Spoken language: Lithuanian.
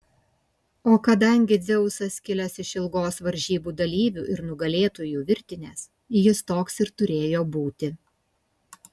o kadangi dzeusas kilęs iš ilgos varžybų dalyvių ir nugalėtojų virtinės jis toks ir turėjo būti